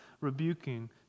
rebuking